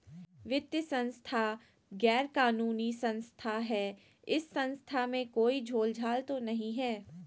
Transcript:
वित्तीय संस्था गैर कानूनी संस्था है इस संस्था में कोई झोलझाल तो नहीं है?